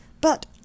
But